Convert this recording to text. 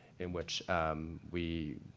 in which we,